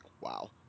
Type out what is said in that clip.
Wow